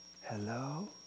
Hello